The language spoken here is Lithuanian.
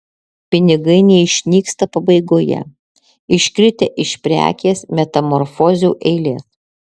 pinigai neišnyksta pabaigoje iškritę iš prekės metamorfozių eilės